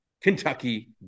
Kentucky